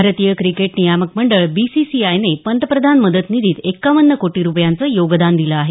भारतीय क्रिकेट नियामक मंडळ बीसीसीआयने पंतप्रधान मदत निधीत एक्कावन्न कोटी रुपयांचे योगदान दिलं आहे